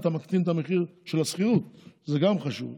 אתה מקטין את המחיר של השכירות, וגם זה חשוב.